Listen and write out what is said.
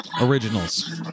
Originals